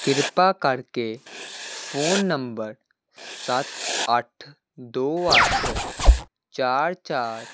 ਕਿਰਪਾ ਕਰਕੇ phone number ਸੱਤ ਅੱਠ ਦੋ ਅੱਠ ਚਾਰ ਚਾਰ